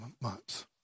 months